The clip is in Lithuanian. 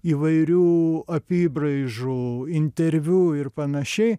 įvairių apybraižų interviu ir panašiai